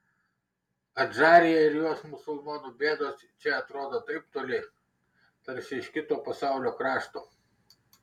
adžarija ir jos musulmonų bėdos čia atrodo taip toli tarsi iš kito pasaulio krašto